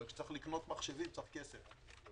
אבל כדי לקנות מחשבים צריך כסף.